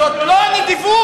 מה, זאת לא נדיבות?